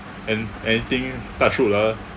an~ anything touch wood ah